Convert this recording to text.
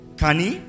kani